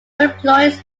employees